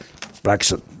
Brexit